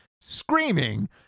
screaming